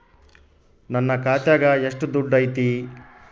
ನನ್ನ ಖಾತ್ಯಾಗ ಎಷ್ಟು ದುಡ್ಡು ಐತಿ?